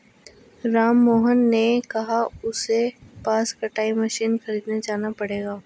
राममोहन ने कहा कि उसे कपास कटाई मशीन खरीदने शहर जाना पड़ेगा